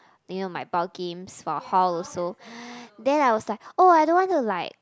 then you know my ball games for hall also then I was like oh I don't want to like